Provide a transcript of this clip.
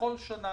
ובכל שנה